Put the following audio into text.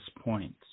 points